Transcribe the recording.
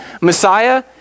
Messiah